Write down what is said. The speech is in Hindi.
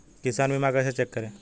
किसान बीमा कैसे चेक करें?